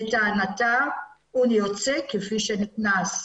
לטענתם הוא יוצא כפי שנכנס.